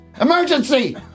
emergency